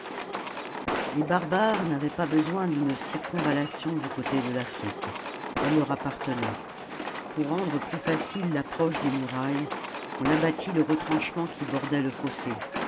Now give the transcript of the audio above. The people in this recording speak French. les barbares n'avaient pas besoin d'une circonvallation du côté de l'afrique elle leur appartenait pour rendre plus facile l'approche des murailles on abattit le retranchement qui bordait le fossé